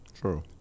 True